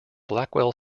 blackwell